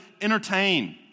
entertain